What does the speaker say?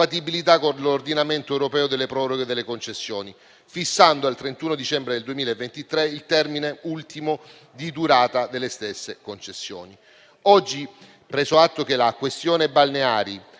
con l'ordinamento europeo delle proroghe delle concessioni, fissando al 31 dicembre del 2023 il termine ultimo di durata delle stesse. Oggi, preso atto che la questione balneari